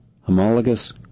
homologous